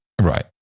Right